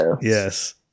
yes